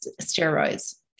steroids